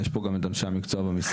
יש פה גם את אנשי המקצוע במשרד,